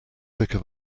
thicker